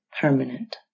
permanent